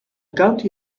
county